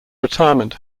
retirement